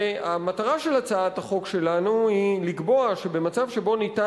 והמטרה של הצעת החוק שלנו היא לקבוע שבמצב שבו ניתן